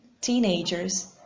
teenagers